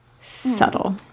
Subtle